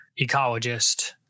ecologist